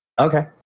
Okay